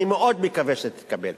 אני מאוד מקווה שהיא תתקבל,